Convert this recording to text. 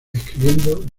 escribiendo